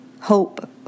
hope